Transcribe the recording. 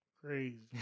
Crazy